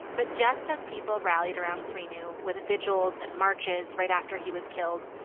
but just as people rallied around srinu with the vigils and marches right after he was killed,